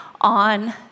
on